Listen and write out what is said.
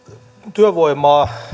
työvoimaa